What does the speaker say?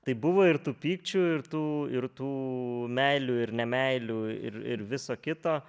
tai buvo ir tų pykčių ir tų ir tų meilių ir ne meilių ir ir viso kito